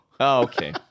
okay